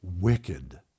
wicked